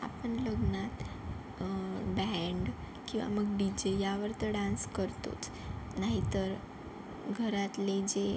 आपण लग्नात बँड किंवा मग डी जे यावर तर डान्स करतोच नाहीतर घरातले जे